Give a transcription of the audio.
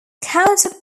counter